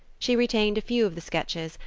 she retained a few of the sketches,